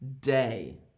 Day